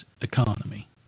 economy